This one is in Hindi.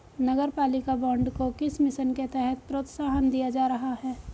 नगरपालिका बॉन्ड को किस मिशन के तहत प्रोत्साहन दिया जा रहा है?